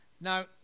Now